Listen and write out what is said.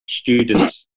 students